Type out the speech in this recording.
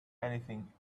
anything